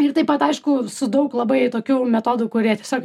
ir taip pat aišku su daug labai tokių metodų kurie tiesiog